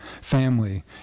family